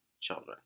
children